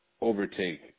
overtake